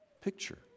picture